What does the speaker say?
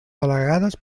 delegades